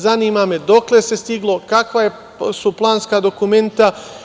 Zanima me dokle se stiglo, kakva su planska dokumenta?